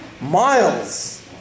Miles